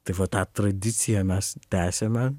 tai va tą tradiciją mes tęsiame